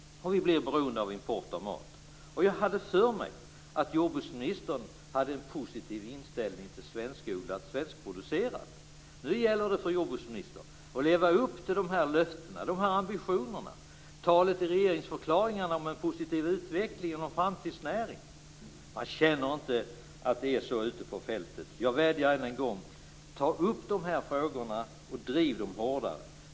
Då blir vi beroende av import av mat. Jag hade för mig att jordbruksministern hade en positiv inställning till svenskodlat och svenskproducerat. Nu gäller det för jordbruksministern att leva upp till de här löftena, till de här ambitionerna, till talet i regeringsförklaringen om en positiv utveckling och om en framtidsnäring. Man känner inte att det är så ute på fältet. Jag vädjar än en gång: Ta upp de här frågorna och driv dem hårdare.